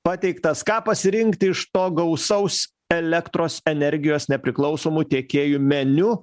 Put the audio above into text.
pateiktas ką pasirinkti iš to gausaus elektros energijos nepriklausomų tiekėjų meniu